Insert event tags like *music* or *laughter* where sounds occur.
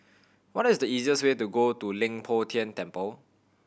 what is the easiest way to *unintelligible* to Leng Poh Tian Temple